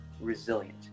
resilient